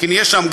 כי נהיה שם,